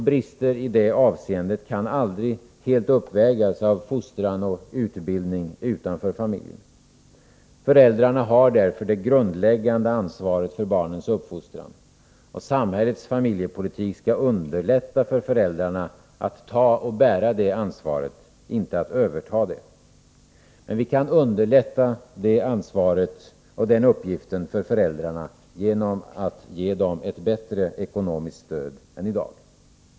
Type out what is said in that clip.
Brister i det avseendet kan aldrig helt uppvägas av fostran och utbildning utanför familjen. Föräldrarna har därför det grundläggande ansvaret för barnens uppfostran. Samhällets familjepolitik skall underlätta för föräldrarna att ta och bära detta ansvar — inte att överta det, men vi kan underlätta det ansvaret och den uppgiften för föräldrarna genom att ge dem ett bättre ekonomiskt stöd än det de har i dag.